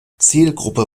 zielgruppe